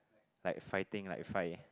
like fighting like fight